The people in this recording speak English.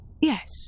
Yes